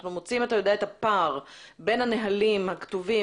אנו מוצאים את הפער בין הנהלים הכתובים,